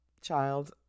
child